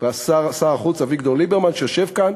שר החוץ אביגדור ליברמן, שיושב כאן.